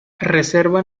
reserva